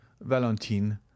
Valentine